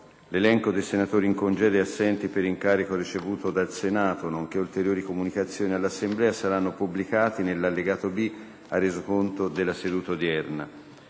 L'elenco dei senatori in congedo e assenti per incarico ricevuto dal Senato, nonché ulteriori comunicazioni all'Assemblea saranno pubblicati nell'allegato B al Resoconto della seduta odierna.